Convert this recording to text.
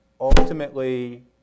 ultimately